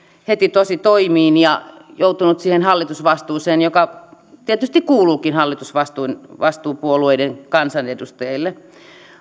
heti tositoimiin ja joutunut siihen hallitusvastuuseen joka tietysti kuuluukin hallitusvastuupuolueiden kansanedustajille